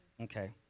Okay